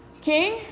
King